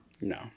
No